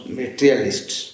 materialists